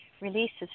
releases